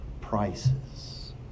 prices